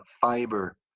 fiber